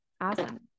Awesome